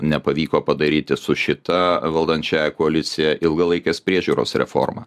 nepavyko padaryti su šita valdančiąja koalicija ilgalaikės priežiūros reforma